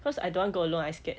cause I don't want go alone I scared